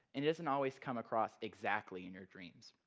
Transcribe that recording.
it isn't always come across exactly in your dreams.